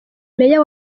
meya